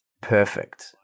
Perfect